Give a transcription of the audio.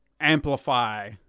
amplify